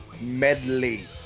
medley